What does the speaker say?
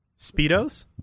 Speedos